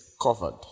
covered